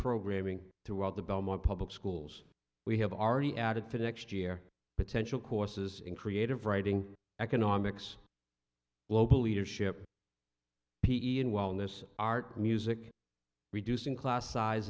programming throughout the belmore public schools we have already added to next year potential courses in creative writing economics global leadership p e and wellness art music reducing class size